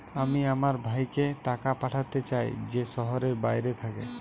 আমি আমার ভাইকে টাকা পাঠাতে চাই যে শহরের বাইরে থাকে